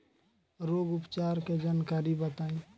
रोग उपचार के जानकारी बताई?